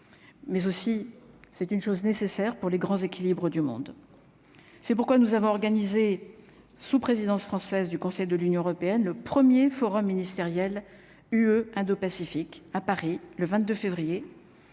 mais aussi c'est une chose nécessaire pour les grands équilibres du monde, c'est pourquoi nous avons organisé sous présidence française du Conseil de l'Union européenne le 1er forum ministériel UE- indopacifique à Paris le 22 février